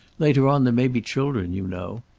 later on there may be children, you know.